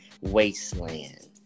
wasteland